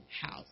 house